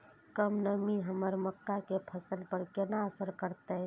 कम नमी हमर मक्का के फसल पर केना असर करतय?